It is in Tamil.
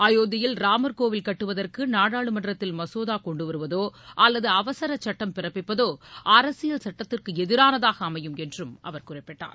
அயோத்தியில் ராமர்கோவில் கட்டுவதற்கு நாடாளுமன்றத்தில் மசோதா கொண்டுவருவதோ அல்லது அவசர சட்டம் பிறப்பிப்பதோ அரசியல் சட்டத்திற்கு எதிரானதாக அமையும் என்றும் அவர் குறிப்பிட்டார்